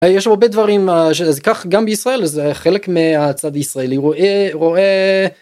יש הרבה דברים אז כך גם בישראל זה חלק מהצד הישראלי רואה ... רואה.